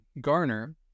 garner